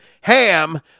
ham